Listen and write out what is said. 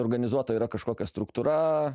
organizuota yra kažkokia struktūra